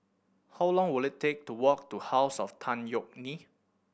how long will it take to walk to House of Tan Yeok Nee